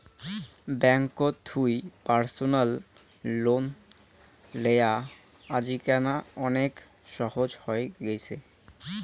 ব্যাঙ্ককোত থুই personal loan লেয়া আজিকেনা অনেক সহজ হই গ্যাছে